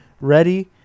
ready